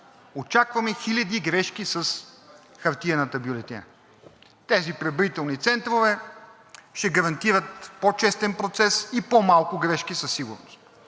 Очакваме хиляди грешки с хартиената бюлетина! Тези преброителни центрове ще гарантират по-честен процес и по-малко грешки със сигурност.